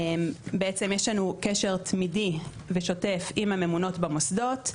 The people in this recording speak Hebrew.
יש לנו קשר תמידי ושוטף עם הממונות במוסדות,